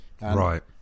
Right